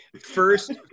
First